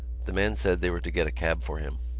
the man said they were to get a cab for him.